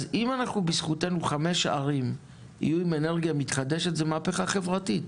אז אם בזכותנו חמש ערים יהיו עם אנרגיה מתחדשת זאת מהפכה חברתית.